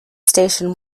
station